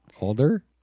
Older